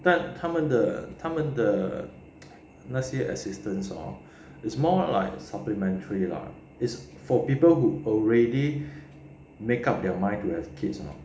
但他们的他们的那些 assistance hor is more like supplementary lah is for people who already make up their mind to have kids lor